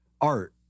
art